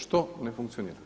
Što ne funkcionira?